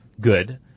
good